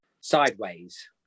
sideways